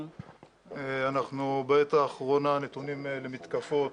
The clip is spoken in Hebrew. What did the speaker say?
אנחנו בעת האחרונה נתונים למתקפות